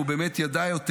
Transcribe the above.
והוא באמת ידע יותר.